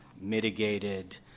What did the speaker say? mitigated